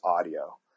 Audio